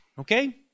okay